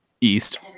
east